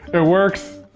it works.